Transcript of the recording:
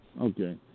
Okay